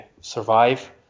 survive